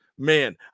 Man